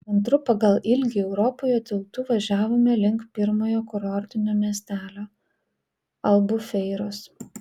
antru pagal ilgį europoje tiltu važiavome link pirmojo kurortinio miestelio albufeiros